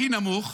הכי נמוך.